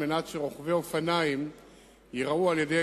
על מנת שרוכבי האופניים ייראו על-ידי